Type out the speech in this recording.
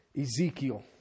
Ezekiel